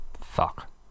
Fuck